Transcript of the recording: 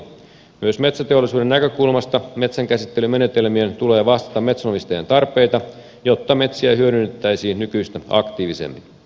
myös metsäteollisuuden näkökulmasta metsänkäsittelymenetelmien tulee vastata metsänomistajan tarpeita jotta metsiä hyödynnettäisiin nykyistä aktiivisemmin